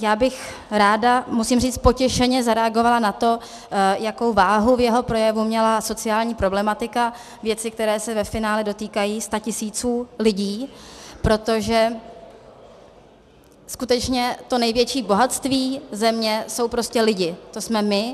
Já bych ráda, musím říct potěšeně, zareagovala na to, jakou váhu v jeho projevu měla sociální problematika, věci, které se ve finále dotýkají statisíců lidí, protože skutečně to největší bohatství země jsou prostě lidi, to jsme my.